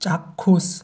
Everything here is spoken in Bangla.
চাক্ষুষ